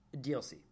DLC